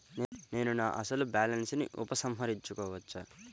నేను నా అసలు బాలన్స్ ని ఉపసంహరించుకోవచ్చా?